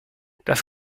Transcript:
das